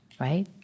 right